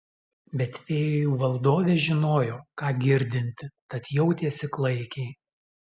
bet fėjų valdovė žinojo ką girdinti tad jautėsi klaikiai